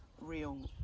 real